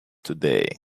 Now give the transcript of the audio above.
today